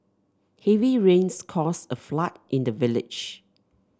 heavy rains caused a flood in the village